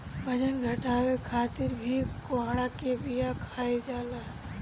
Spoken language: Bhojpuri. बजन घटावे खातिर भी कोहड़ा के बिया खाईल जाला